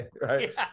right